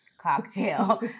cocktail